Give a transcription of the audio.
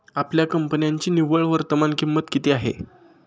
आपल्या कंपन्यांची निव्वळ वर्तमान किंमत किती आहे?